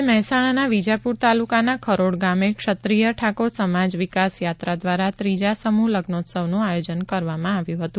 આજે મહેસાણાના વીજાપુર તાલુકાના ખરોડ ગામે ક્ષત્રિય ઠાકોર સમાજ વિકાસ યાત્રા દ્વારા ત્રીજા સમૂહ લગ્નોત્સવનું આયોજન કરાયું હતું